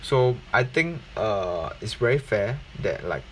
so I think err it's very fair that like